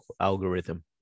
algorithm